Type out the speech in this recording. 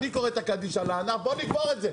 אני קורא את הקדיש על הענף, בוא נגמור את זה.